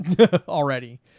already